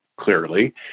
clearly